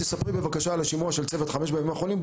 תספרי בבקשה על השימוע של צוות 5 בימים האחרונים,